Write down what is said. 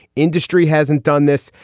industry hasn't done this.